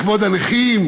לכבוד הנכים?